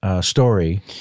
story